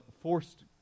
forced